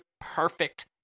perfect